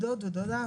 דוד או דודה,